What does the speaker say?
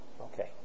Okay